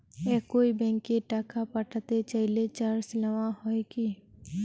একই ব্যাংকে টাকা পাঠাতে চাইলে চার্জ নেওয়া হয় কি?